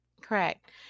Correct